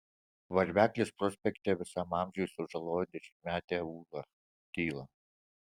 varveklis prospekte visam amžiui sužaloja dešimtmetę ulą tyla